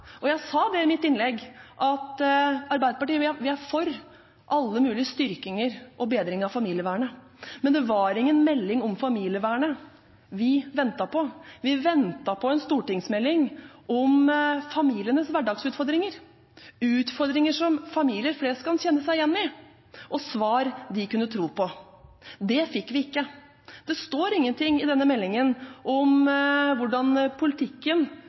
bra. Jeg sa i mitt innlegg at Arbeiderpartiet er for alle mulige styrkinger og bedringer av familievernet, men det var ingen melding om familievernet vi ventet på. Vi ventet på en stortingsmelding om familienes hverdagsutfordringer, utfordringer familier flest kan kjenne seg igjen i, og svar de kunne tro på. Det fikk vi ikke. Det står ingenting i denne meldingen om hvordan politikken,